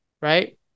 right